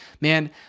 man